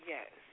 Yes